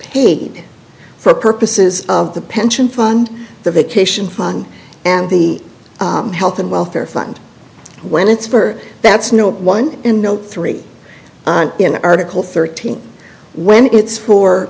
paid for purposes of the pension fund the vacation fund and the health and welfare fund when it's for that's no one and no three in article thirteen when it's for